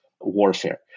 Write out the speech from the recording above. warfare